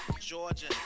Georgia